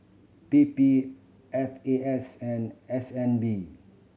P P F A S and S N B